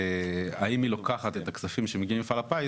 האם היא לוקחת את הכספים שמגיעים ממפעל הפיס?